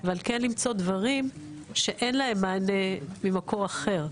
אבל כן למצוא דברים שאין להם מענה ממקור אחר.